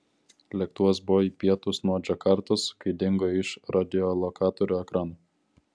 lėktuvas buvo į pietus nuo džakartos kai dingo iš radiolokatorių ekranų